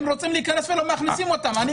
הם רוצים להיכנס ולא מכניסים אותם.